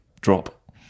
drop